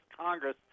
Congress